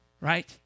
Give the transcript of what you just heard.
right